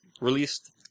released